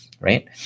Right